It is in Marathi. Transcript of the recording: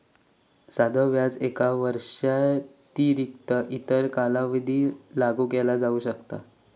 साधो व्याज एका वर्षाव्यतिरिक्त इतर कालावधीत लागू केला जाऊ शकता